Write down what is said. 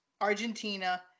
Argentina